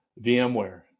VMware